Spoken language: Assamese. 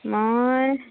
মই